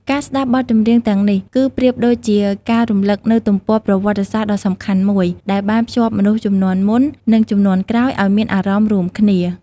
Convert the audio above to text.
ការស្តាប់បទចម្រៀងទាំងនេះ គឺប្រៀបដូចជាការរំឭកនូវទំព័រប្រវត្តិសាស្ត្រដ៏សំខាន់មួយ ដែលបានភ្ជាប់មនុស្សជំនាន់មុន និងជំនាន់ក្រោយឲ្យមានអារម្មណ៍រួមគ្នា។